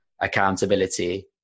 accountability